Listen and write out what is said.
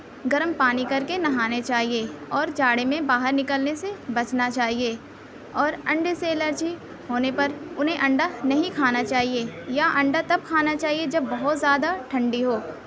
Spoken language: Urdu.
گرم پانی کر کے نہانے چاہیے اور جاڑے میں باہر نکلنے سے بچنا چاہیے اور انڈے سے الرجی ہونے پر انہیں انڈا نہیں کھانا چاہیے یا انڈا تب کھانا چاہیے جب بہت زیادہ ٹھنڈی ہو